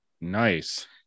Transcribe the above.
Nice